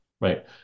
right